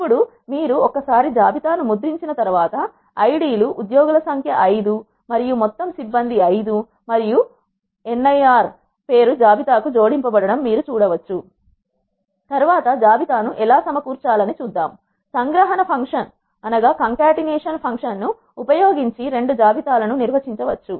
ఇప్పుడు మీరు ఒక్కసారి జాబితా ను ముద్రించిన తర్వాత ఐడి లు ఉద్యోగుల సంఖ్య 5 మరియు మొత్తం సిబ్బంది 5 మరియు Nirav పేరు జాబితా కు జోడింపబడడం మీరు చూడవచ్చు తర్వాత జాబితా ను ఎలా సమకూర్చాల ని చూద్దాము సంగ్రహణ ఫంక్షన్ ను ఉపయోగించి రెండు జాబితా లను నిర్వహించవచ్చు